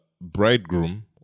bridegroom